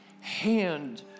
hand